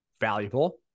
valuable